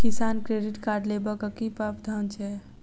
किसान credit card लेबाक की प्रावधान छै?